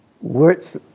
words